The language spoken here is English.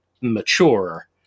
mature